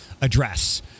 address